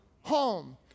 home